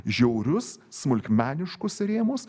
žiaurius smulkmeniškus rėmus